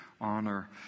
honor